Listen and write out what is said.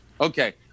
Okay